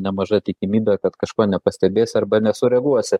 nemaža tikimybė kad kažko nepastebėsi arba nesureaguosi